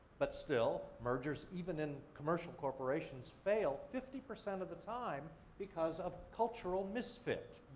but still, mergers, even in commercial corporations fail fifty percent of the time because of cultural misfit,